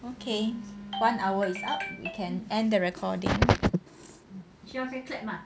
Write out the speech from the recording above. okay one hour is up you can end the recording